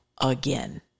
again